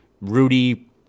Rudy